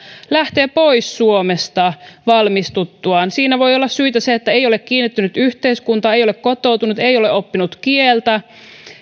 lähtee pois suomesta valmistuttuaan siinä voi olla syynä se että ei ole kiinnittynyt yhteiskuntaan ei ole kotoutunut ei ole oppinut kieltä